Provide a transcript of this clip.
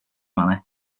manner